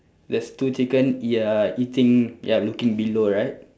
there's two chicken they are eating they are looking below right